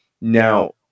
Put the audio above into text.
Now